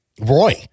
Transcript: roy